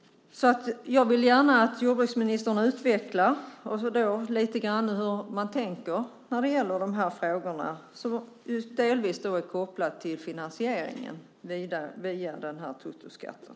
Jag vill gärna att jordbruksministern utvecklar lite grann hur man tänker när det gäller de här frågorna, delvis kopplat till finansieringen via den här totoskatten.